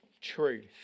truth